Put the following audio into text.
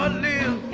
ah new